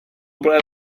úplné